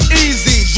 easy